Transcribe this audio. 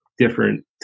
Different